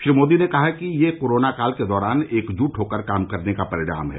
श्री मोदी ने कहा कि यह कोरोनाकाल के दौरान एकजुट होकर काम करने का परिणाम है